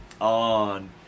on